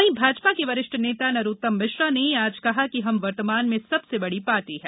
वहीं भाजपा के वरिष्ठ नेता नरोत्तम मिश्रा ने आज कहा कि हम वर्तमान में सबसे बड़ी पार्टी हैं